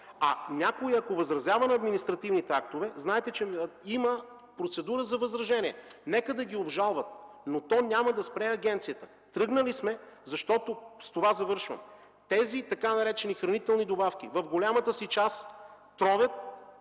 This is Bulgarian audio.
А ако някой възразява на административните актове, знаете, че има процедура за възражение. Нека да ги обжалват, но то няма да спре агенцията. Тръгнали сме, защото тези така наречени хранителни добавки в голямата си част тровят